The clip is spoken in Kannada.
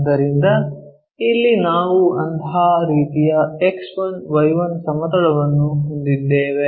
ಆದ್ದರಿಂದ ಇಲ್ಲಿ ನಾವು ಅಂತಹ ರೀತಿಯ X1 Y1 ಸಮತಲವನ್ನು ಹೊಂದಿದ್ದೇವೆ